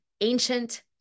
ancient